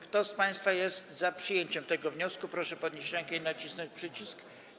Kto z państwa jest za przyjęciem tego wniosku, proszę podnieść rękę i nacisnąć przycisk.